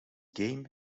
game